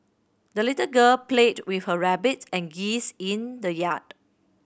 the little girl played with her rabbit and geese in the yard